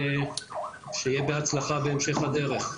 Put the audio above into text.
ושיהיה בהצלחה בהמשך הדרך.